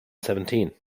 seventeen